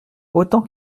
autant